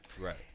Right